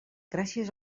gràcies